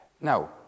Now